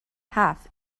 half